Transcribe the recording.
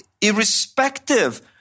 irrespective